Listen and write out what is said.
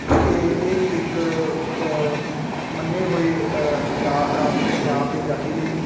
ਇਹ ਇਹ ਵੀ ਇੱਕ ਮੰਨੇ ਹੋਏ ਜਾਂ ਆਪਣੇ ਪੰਜਾਬ ਦੀ ਆਜ਼ਾਦੀ ਲਈ